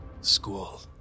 School